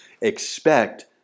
Expect